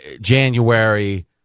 January